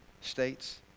States